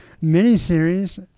Mini-series